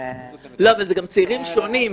זה גם צעירים שונים.